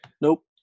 Nope